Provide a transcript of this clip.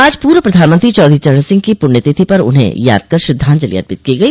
आज पूर्व प्रधानमंत्री चौधरी चरण सिंह की पुण्य तिथि पर उन्हें याद कर श्रद्वाजंलि अर्पित की गई